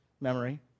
memory